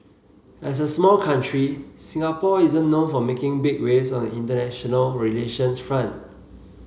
as a small country Singapore isn't known for making big waves on the international relations front